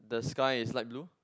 the sky is light blue